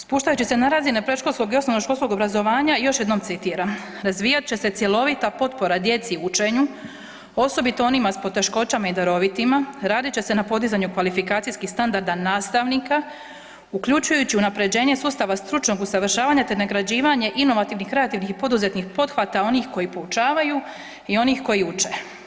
Spuštajući se na razine predškolskog i osnovnoškolskog obrazovanja još jednom citiram: „Razvijat će se cjelovita potpora djeci u učenju osobito onima sa poteškoćama i darovitima, radit će se na podizanju kvalifikacijskih standarda nastavnika uključujući unapređenje sustava stručnog usavršavanja, te nagrađivanje inovativnih kreativnih poduzetnih pothvata onih koji poučavaju i onih koji uče.